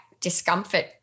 discomfort